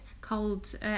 called